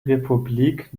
republik